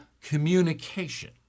communication